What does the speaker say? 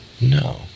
No